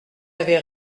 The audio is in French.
avait